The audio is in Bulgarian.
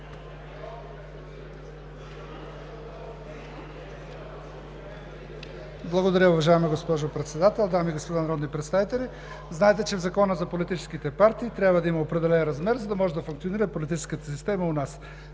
Благодаря, уважаема госпожо Председател. Дами и господа народни представители, знаете, че в Закона за политическите партии трябва да има определен размер, за да може да функционира политическата система у нас.